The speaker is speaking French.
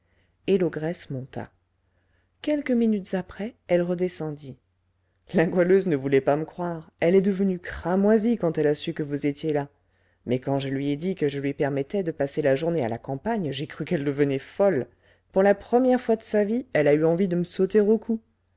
et l'ogresse monta quelques minutes après elle redescendit la goualeuse ne voulait pas me croire elle est devenue cramoisie quand elle a su que vous étiez là mais quand je lui ai dit que je lui permettais de passer la journée à la campagne j'ai cru qu'elle devenait folle pour la première fois de sa vie elle a eu envie de me sauter au cou